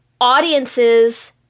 audiences